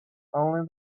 only